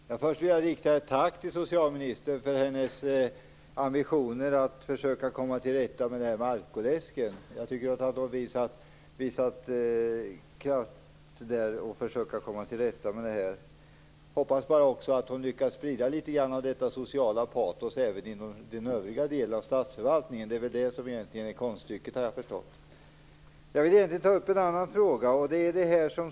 Fru talman! Först vill jag rikta ett tack till socialministern för hennes ambitioner och kraft att försöka komma till rätta med alkoläsken. Jag hoppas bara att hon också kommer att lyckas sprida litet grand av detta sociala patos till den övriga delen av statsförvaltningen. Det är väl det som egentligen är konststycket, har jag förstått. Jag vill egentligen ta upp en annan fråga.